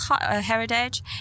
heritage